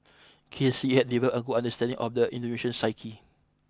K C had developed a good understanding of the Indonesian psyche